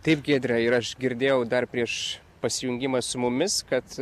taip giedre ir aš girdėjau dar prieš pasijungimą su mumis kad